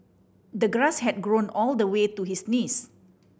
the grass had grown all the way to his knees